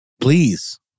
Please